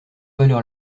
valeur